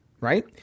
right